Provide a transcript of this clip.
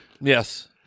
yes